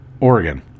Oregon